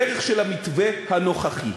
בדרך של המתווה הנוכחי.